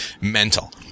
mental